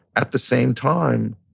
at the same time,